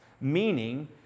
meaning